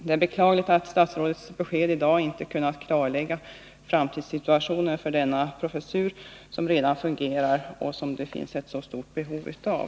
Det är beklagligt att statsrådets besked i dag inte har kunnat klarlägga framtidssituationen när det gäller denna professur, som redan fungerar och som det finns ett så stort behov av.